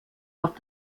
auf